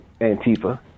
Antifa